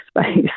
space